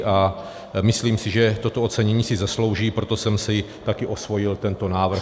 A myslím si, že toto ocenění si zaslouží, proto jsem si taky osvojil tento návrh.